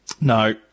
No